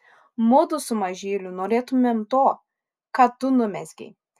mudu su mažyliu norėtumėm to ką tu numezgei